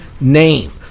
name